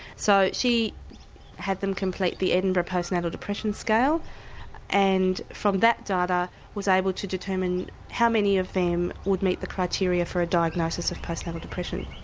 so she had them complete the edinburgh postnatal depression scale and from that data was able to determine how many of them would meet the criteria for a diagnosis of postnatal depression.